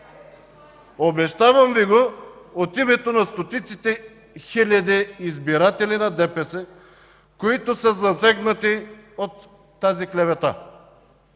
Обещавам Ви го от името на стотиците хиляди избиратели на ДПС, които са засегнати от тази клевета.